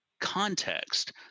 context